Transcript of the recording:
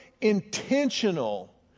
intentional